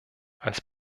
als